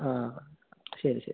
ആ ശരി ശരി